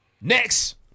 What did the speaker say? Next